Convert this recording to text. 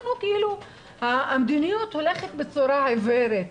והמדיניות הולכת בצורה עיוורת.